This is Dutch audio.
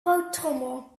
broodtrommel